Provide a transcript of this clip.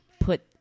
put